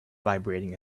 vibrating